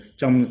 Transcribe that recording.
trong